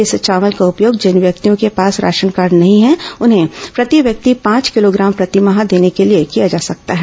इस चावल का उपयोग जिन व्यक्तियों के पास राशन कार्ड नहीं है उन्हें प्रति व्यक्ति पांच किलोग्राम प्रतिमाह देने के लिए किया जा सकता है